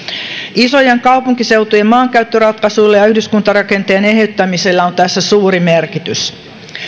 isojen kaupunkiseutujen maankäyttöratkaisuilla ja yhdyskuntarakenteen eheyttämisellä on tässä suuri merkitys